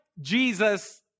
Jesus